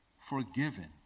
forgiven